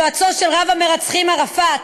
יועצו של רב המרצחים ערפאת,